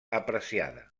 apreciada